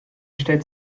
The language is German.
stellt